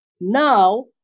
now